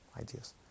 ideas